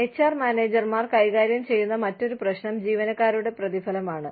HR മാനേജർമാർ കൈകാര്യം ചെയ്യുന്ന മറ്റൊരു പ്രശ്നം ജീവനക്കാരുടെ പ്രതിഫലമാണ്